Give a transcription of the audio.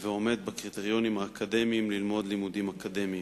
ועומד בקריטריונים האקדמיים ללמוד לימודים אקדמיים.